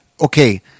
Okay